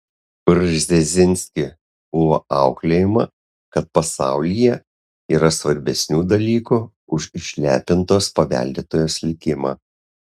brzezinski buvo auklėjama kad pasaulyje yra svarbesnių dalykų už išlepintos paveldėtojos likimą